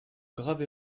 grave